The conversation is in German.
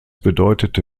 bedeutete